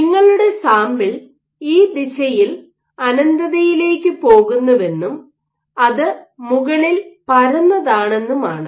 നിങ്ങളുടെ സാമ്പിൾ ഈ ദിശയിൽ അനന്തതയിലേക്ക് പോകുന്നുവെന്നും അത് മുകളിൽ പരന്നതാണെന്നുമാണ്